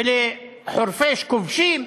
ולחורפיש כובשים?